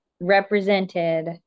represented